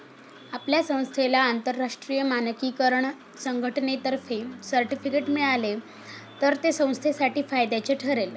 आपल्या संस्थेला आंतरराष्ट्रीय मानकीकरण संघटनेतर्फे सर्टिफिकेट मिळाले तर ते संस्थेसाठी फायद्याचे ठरेल